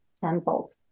tenfold